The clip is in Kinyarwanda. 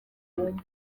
agomba